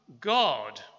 God